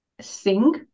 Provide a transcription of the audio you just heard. sing